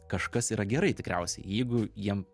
kažkas yra gerai tikriausiai jeigu jiem